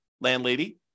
landlady